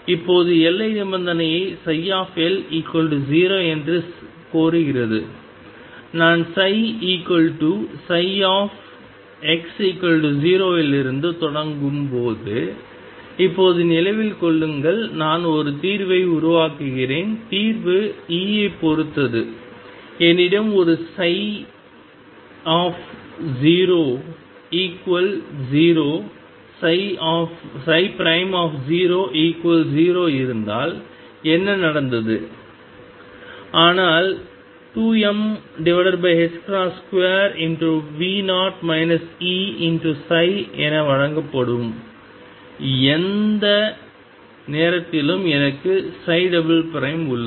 இப்போது எல்லை நிபந்தனை L0 என்று கோருகிறது நான் ψψx0 இலிருந்து தொடங்கும் போது இப்போது நினைவில் கொள்ளுங்கள் நான் ஒரு தீர்வை உருவாக்குகிறேன் தீர்வு E ஐப் பொறுத்தது என்னிடம் ஒரு சை 00 00 இருந்ததால் என்ன நடந்தது ஆனால் 2m2V0 E என வழங்கப்படும் எந்த நேரத்திலும் எனக்கு உள்ளது